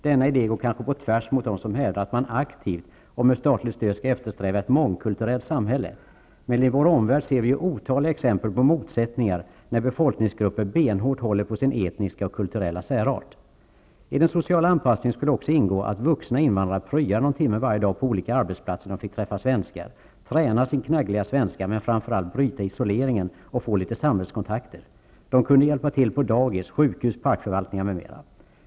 Denna idé går kanske på tvärs mot dem som hävdar att man aktivt och med statligt stöd skall eftersträva ett mångkulturellt samhälle. Men i vår omvärld ser vi ju otaliga exempel på motsättningar när befolkningsgrupper benhårt håller på sin etniska och kulturella särart. I den sociala anpassningen skulle också ingå att vuxna invandrare pryade någon timme varje dag på olika arbetsplatser där de fick träffa svenskar, träna sin knaggliga svenska och framför allt bryta isoleringen och få litet samhällskontakter. De kunde hjälpa till på dagis, sjukhus, parkförvaltningar m.m.